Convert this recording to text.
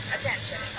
Attention